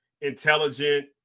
intelligent